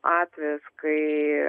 atvejis kai